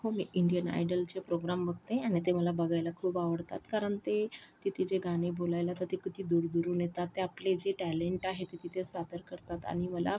हो मी इंडियन आयडॉलचे प्रोग्राम बघते आणि ते मला बघायला खूप आवडतात कारण ते तिथे जे गाणे बोलायला येतात ते किती दूरदूरहून येतात आणि ते आपले जे टॅलेंट आहे ते तिथे सादर करतात आणि मला